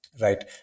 right